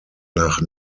nach